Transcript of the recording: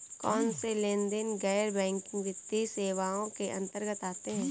कौनसे लेनदेन गैर बैंकिंग वित्तीय सेवाओं के अंतर्गत आते हैं?